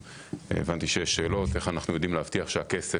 והבנתי שיש שאלות איך אנחנו יודעים להבטיח שהכסף